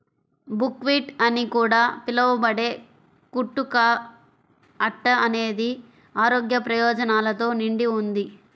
buckwheat అని కూడా పిలవబడే కుట్టు కా అట్ట అనేది ఆరోగ్య ప్రయోజనాలతో నిండి ఉంది